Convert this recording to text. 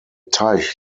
teich